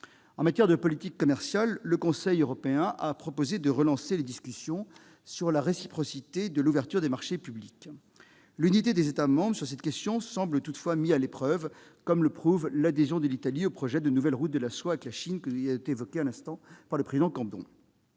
En matière de politique commerciale, le Conseil européen a proposé de relancer les discussions sur la réciprocité de l'ouverture des marchés publics. L'unité des États membres sur cette question semble toutefois mise à l'épreuve, comme le prouve l'adhésion de l'Italie au projet des « nouvelles routes de la soie » avec la Chine. Enfin, l'interminable épisode du